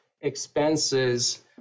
expenses